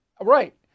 Right